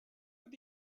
with